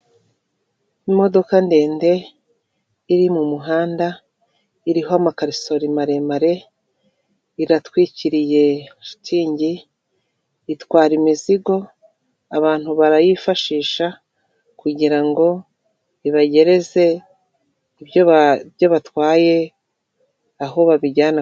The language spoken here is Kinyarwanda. Imodoka ndende iri mu muhanda iriho amakarisori maremare, iratwikiriye shitingi, itwara imizigo, abantu barayifashisha kugira ngo ibagereze ibyo batwaye aho babijyana.